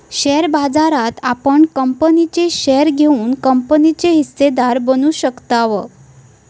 share बाजारात आपण कंपनीचे शेअर घेऊन कंपनीचे हिस्सेदार बनू शकताव